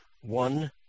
One